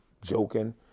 joking